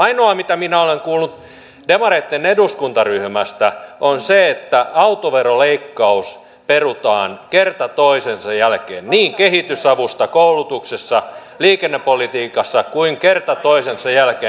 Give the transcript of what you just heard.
ainoa mitä minä olen kuullut demareitten eduskuntaryhmästä on se että autoveroleikkaus perutaan kerta toisensa jälkeen niin kehitysavussa koulutuksessa liikennepolitiikassa kuin kerta toisensa jälkeen